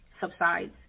subsides